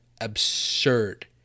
absurd